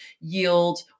yield